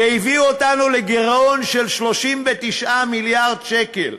והביא אותנו לגירעון של 39 מיליארד שקל.